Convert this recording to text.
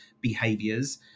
behaviors